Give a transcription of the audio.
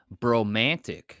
bromantic